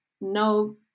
no